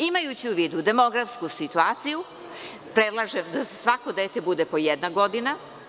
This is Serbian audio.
Imajući u vidu demografsku situaciju predlažem da za svako dete bude po jedna godina.